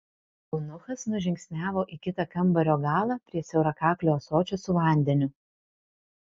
eunuchas nužingsniavo į kitą kambario galą prie siaurakaklio ąsočio su vandeniu